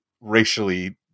racially